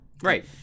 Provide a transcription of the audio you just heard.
Right